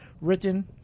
written